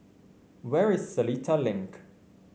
where is Seletar Link